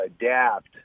adapt